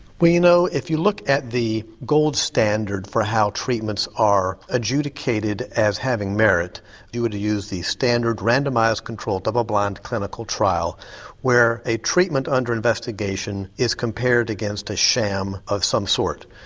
well you know if you look at the gold standard for how treatments are adjudicated as having merit you would use the standard randomised controlled double blind clinical trial where a treatment under investigation is compared against a sham of some sort.